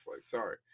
Sorry